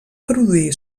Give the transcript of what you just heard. produir